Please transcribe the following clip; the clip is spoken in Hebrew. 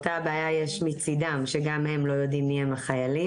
אותה בעיה יש מצידם שגם הם לא יודעים מי הם החיילים.